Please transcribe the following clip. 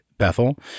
Bethel